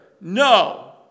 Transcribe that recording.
No